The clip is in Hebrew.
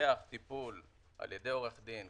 לוקח טיפול על ידי עורך דין,